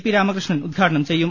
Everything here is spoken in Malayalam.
പി രാമകൃഷ്ണൻ ഉദ്ഘാടനം ചെയ്യും